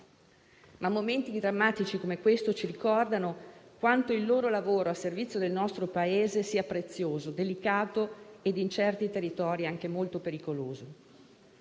Momenti drammatici come questo ci ricordano però quanto il loro lavoro a servizio del nostro Paese sia prezioso, delicato e in certi territori anche molto pericoloso.